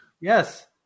Yes